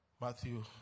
Matthew